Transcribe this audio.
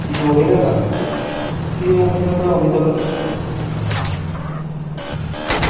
প্রিয় অভিনেতা প্রিয় অভিনেতা অমিতাভ বাচ্চন